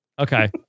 Okay